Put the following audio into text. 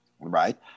right